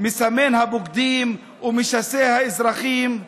מסמן הבוגדים ומשסה האזרחים.